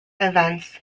events